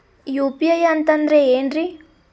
UPI ಅಂತಂದ್ರೆ ಏನ್ರೀ?